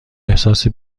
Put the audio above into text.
احساس